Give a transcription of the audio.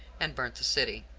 and burnt the city.